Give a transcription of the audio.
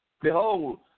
Behold